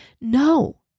No